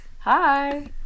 Hi